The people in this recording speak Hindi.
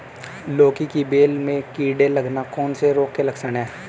लौकी की बेल में कीड़े लगना कौन से रोग के लक्षण हैं?